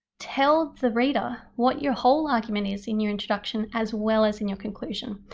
tell the reader what your whole argument is in your introduction as well as in your conclusion.